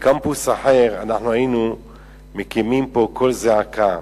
אנחנו היינו מקימים פה קול זעקה.